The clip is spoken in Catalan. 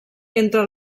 entre